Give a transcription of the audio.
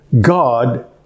God